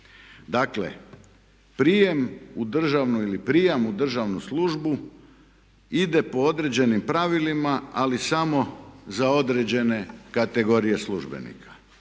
Dakle, prijem u državnu ili prijamnu državnu službu ide po određenim pravilima ali samo za određene kategorije službenika.